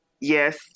yes